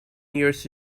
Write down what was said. years